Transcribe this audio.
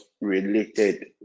related